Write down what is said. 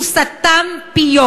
הוא סתם פיות,